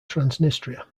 transnistria